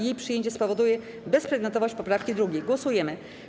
Jej przyjęcie spowoduje bezprzedmiotowość poprawki 2. Głosujemy.